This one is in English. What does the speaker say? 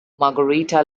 margarita